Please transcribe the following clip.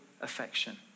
affection